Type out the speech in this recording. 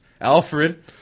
Alfred